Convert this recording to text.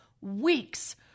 weeks